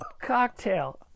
cocktail